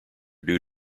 due